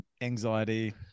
anxiety